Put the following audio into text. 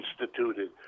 instituted